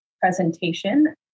presentation